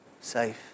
safe